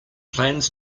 plans